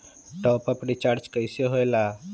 Top up recharge कइसे होएला?